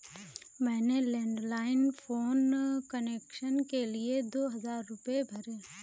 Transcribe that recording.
मैंने landline phone connection के लिए दो हजार रुपए भरे